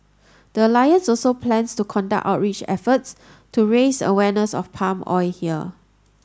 the alliance also plans to conduct outreach efforts to raise awareness of palm oil here